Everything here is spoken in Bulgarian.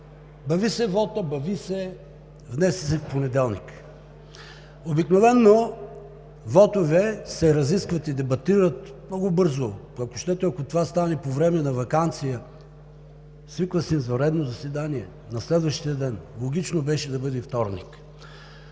Бавѝ се вотът, бавѝ се – внесе се в понеделник. Обикновено вотове се разискват и дебатират много бързо. Ако това стане по време на ваканция, свиква се извънредно заседание на следващия ден, логично беше да бъде във вторник.